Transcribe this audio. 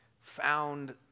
found